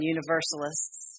Universalists